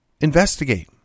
Investigate